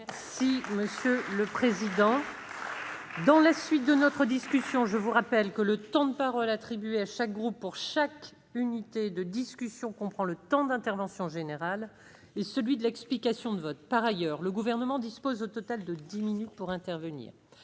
de finances pour 2019. Mes chers collègues, je vous rappelle que le temps de parole attribué à chaque groupe pour chaque discussion comprend le temps d'intervention générale et celui de l'explication de vote. Par ailleurs, le Gouvernement dispose au total de dix minutes pour intervenir.